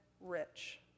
rich